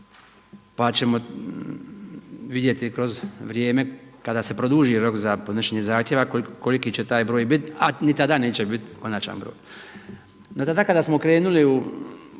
Pa ćemo vidjeti kroz vrijeme kada se produži rok za podnošenje zahtjeva koliki će taj broj biti, a ni tada neće biti konačan broj. Tada kada smo krenuli u